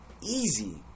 easy